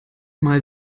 mal